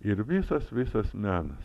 ir visas visas menas